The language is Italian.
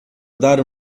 dare